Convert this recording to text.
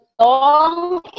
Long